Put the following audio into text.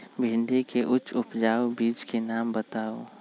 भिंडी के उच्च उपजाऊ बीज के नाम बताऊ?